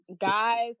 guys